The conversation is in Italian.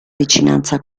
vicinanza